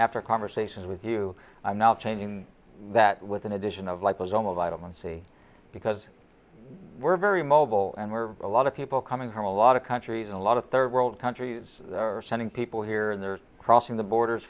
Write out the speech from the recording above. are conversations with you i'm not saying that with an addition of like those on a lot of muncie because we're very mobile and we're a lot of people coming from a lot of countries a lot of third world countries are sending people here and they're crossing the borders